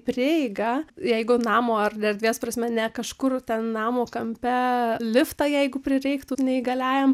prieigą jeigu namo ar erdvės prasme ne kažkur ten namo kampe liftą jeigu prireiktų neįgaliajam